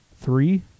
three